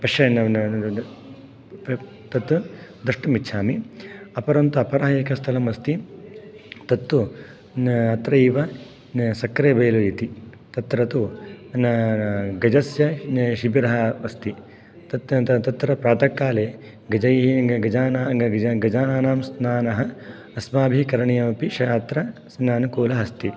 पश्य तत् द्रष्टुम् इच्छामि अपरं तु अपरः एकस्थलम् अस्ति तत्तु न अत्रैव न सक्रेबेल् इति तत्र तु न गजस्य शिबिरः अस्ति तत् तत्र प्रातःकाले गजैः गजानाः गज् गजानानां स्नानः अस्माभिः करणीयम् अपि श अत्र श अनुकूलः अस्ति